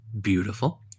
Beautiful